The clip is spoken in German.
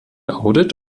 audit